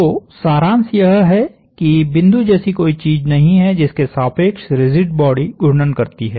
तो सारांश यह है कि बिंदु जैसी कोई चीज नहीं है जिसके सापेक्ष रिजिड बॉडी घूर्णन करती है